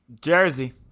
Jersey